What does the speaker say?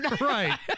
Right